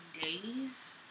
days